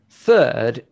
Third